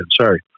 Sorry